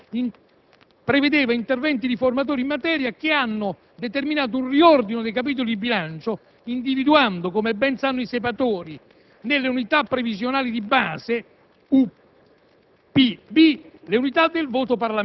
attuazione n. 279 del 1999, prevedevano interventi riformatori in materia che hanno determinato un riordino dei capitoli di bilancio, individuando, come ben sanno i senatori, nelle unità previsionali di base